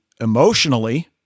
emotionally